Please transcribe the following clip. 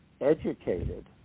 educated